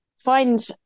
find